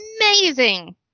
amazing